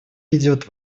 ведет